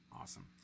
Awesome